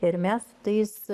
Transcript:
ir mes tais